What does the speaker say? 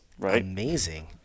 amazing